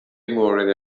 مورد